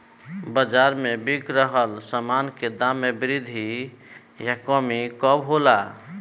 बाज़ार में बिक रहल सामान के दाम में वृद्धि या कमी कब होला?